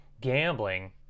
gambling